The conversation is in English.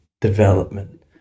development